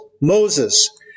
Moses